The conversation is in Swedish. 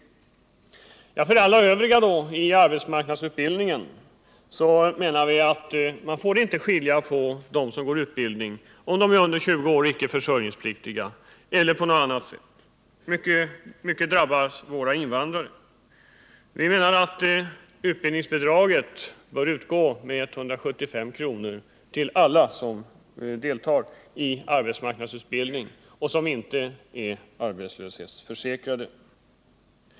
När det gäller alla övriga i arbetsmarknadsutbildningen får man enligt vår mening inte särbehandla dem som går i utbildning — på grund av att de är under 20 år, är icke försörjningspliktiga, eller av någon annan anledning. Våra invandrare drabbas i stor utsträckning. Vi menar att utbildningsbidraget bör utgå med 175 kr. till alla som deltar i arbetsmarknadsutbildning och som inte är arbetslöshetsförsäkrade.